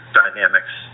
dynamics